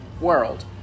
world